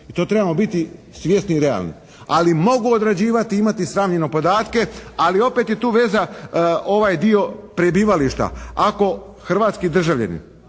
I to trebamo biti svjesni i realni. Ali mogu odrađivati i imati sravnjene podatke ali opet je tu veza ovaj dio prebivališta. Ako hrvatski državljanin